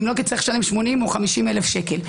או תצטרך לשלם 50,000 או 80,000 שקל.